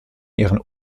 ihren